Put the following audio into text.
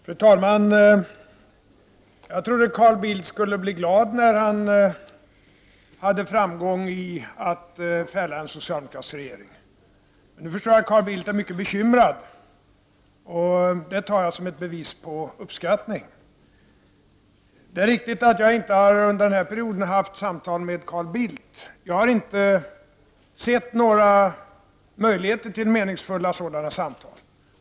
Fru talman! Jag trodde att Carl Bildt skulle bli glad när han hade framgång i sin önskan att fälla en socialdemokratisk regering. Men nu förstår jag att Carl Bildt är mycket bekymrad, och det tar jag som ett bevis på uppskattning. Det är riktigt att jag under denna period inte har fört samtal med Carl Bildt. Jag har inte ansett att det fanns möjligheter till några meningsfulla sådana samtal.